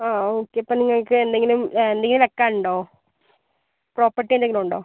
ആ ഓക്കെ ഇപ്പം നിങ്ങൾക്കെന്തെങ്കിലും എന്തെങ്കിലും വെയ്ക്കാനുണ്ടോ പ്രോപ്പർട്ടി എന്തെങ്കിലും ഉണ്ടോ